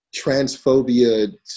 transphobia